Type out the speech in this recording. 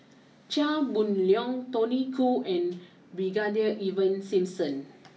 Chia Boon Leong Tony Khoo and Brigadier Ivan Simson